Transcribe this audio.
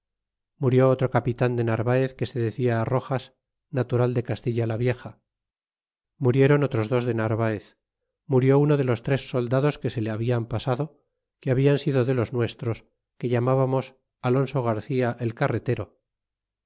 murió otro capitan de narvaez que se decia roxas natural de castilla la vieja murieron otros dos de narvaez murió uno de los tres soldados que se le habian pasado que habian sido de los nuestros que llamábamos alonso garcia el carretero